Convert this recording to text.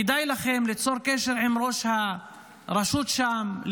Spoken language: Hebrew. כדאי לכם ליצור קשר עם ראש הרשות שם,